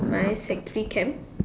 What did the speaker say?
my sect three camp